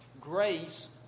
grace